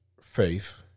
faith